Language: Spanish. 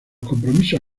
compromisos